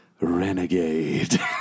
Renegade